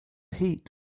heat